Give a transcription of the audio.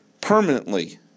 permanently